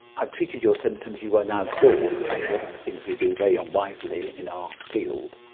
i've treated your symptoms, you are now cured which is one of the things we do very unwisely in our field.